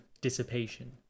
dissipation